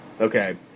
Okay